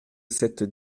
cette